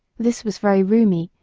this was very roomy,